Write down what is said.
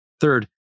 Third